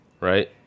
right